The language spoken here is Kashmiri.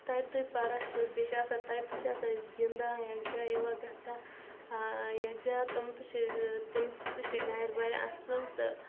تَتہِ پَران چھِ بیٚیہِ چھِ آسان تَتہِ تہِ چھِ آسان أسۍ گِنٛدان یَکجاہ یِوان گَژھان یَکجاہ تِم تہٕ چھِ تٔمِس تہِ چھِ گَرِ واریاہ اَصٕل تہٕ